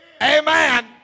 Amen